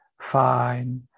fine